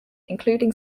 including